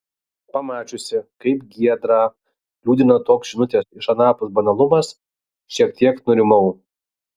pamačiusi kaip giedrą liūdina toks žinutės iš anapus banalumas šiek tiek nurimau